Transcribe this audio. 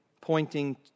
pointing